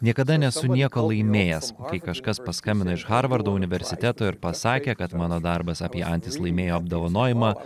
niekada nesu nieko laimėjęs kai kažkas paskambino iš harvardo universiteto ir pasakė kad mano darbas apie antis laimėjo apdovanojimą